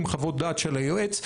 עם חוות דעת של היועץ,